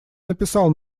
написал